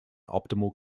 optimal